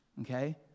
okay